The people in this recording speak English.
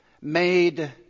Made